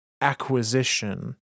acquisition